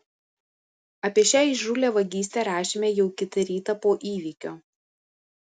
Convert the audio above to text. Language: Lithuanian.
apie šią įžūlią vagystę rašėme jau kitą rytą po įvykio